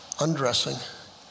undressing